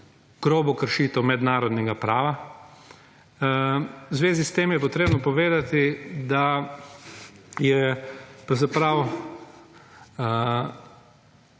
grobo kršitev mednarodnega prava. V zvezi s tem je potrebno povedati, da je pravzaprav